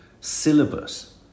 syllabus